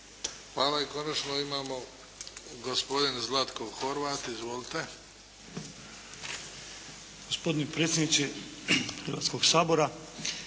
Hvala. I konačno imamo gospodin Zlatko Horvat. Izvolite.